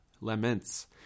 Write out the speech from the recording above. laments